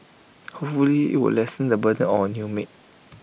hopefully IT will lessen the burden on our new maid